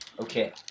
Okay